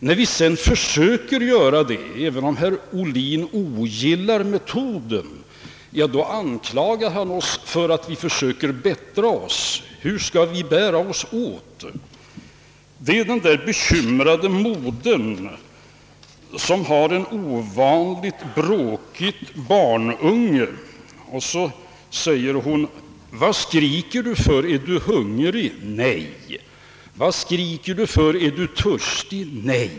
När vi sedan försöker göra det, även om herr Ohlin ogillar metoden, så anklagar han oss för att vi försöker bättra oss. Hur skall vi bära oss åt? Det påminner om den bekymrade modern som hade ett ovanligt bråkigt barn. Hon sade: Vad skriker du för, är du hungrig? — Vad skriker du för, är du törstig?